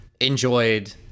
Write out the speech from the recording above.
enjoyed